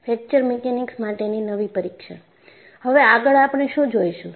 fracture mechanics માટેની નવી પરીક્ષણ હવે આગળ આપણે શું જોઈશું